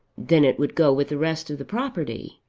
then it would go with the rest of the property.